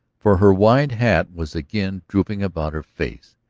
for her wide hat was again drooping about her face,